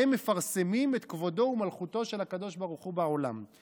הם מפרסמים את כבודו ומלכותו של הקדוש ברוך הוא בעולם.